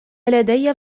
لدي